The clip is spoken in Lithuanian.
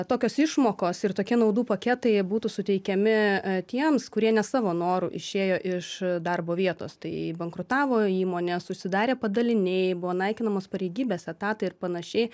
tokios išmokos ir tokie naudų paketai jie būtų suteikiami tiems kurie ne savo noru išėjo iš darbo vietos tai bankrutavo įmonės užsidarė padaliniai buvo naikinamos pareigybės etatai ir panašiai